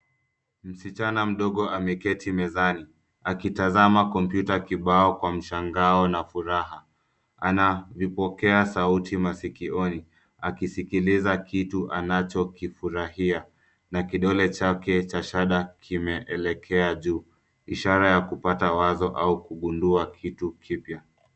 Msichana mdogo ameketi mezani, akitazama kompyuta kibao kwa mshangao na furaha. Ana vipokea sauti masikioni akisikiliza kitu anachokifurahia na kidole chake cha shahada kimeelekea juu, ishara ya kupata wazo au kugundua kitu kipya.